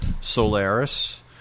Solaris